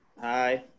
Hi